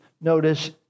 notice